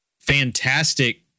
fantastic